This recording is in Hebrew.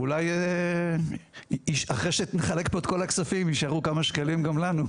אולי אחרי שנחלק פה את כל הכספים יישארו כמה שקלים גם לנו.